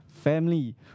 Family